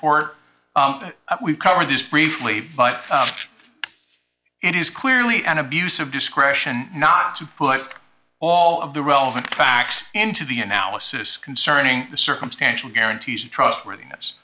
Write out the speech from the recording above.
court we've covered this briefly but it is clearly an abuse of discretion not to put all of the relevant facts into the analysis concerning the circumstantial guarantees and trustworthiness